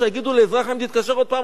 שיגידו לאזרח: אם תתקשר עוד פעם,